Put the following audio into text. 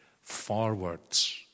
forwards